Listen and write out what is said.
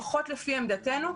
לפחות לפי עמדתנו,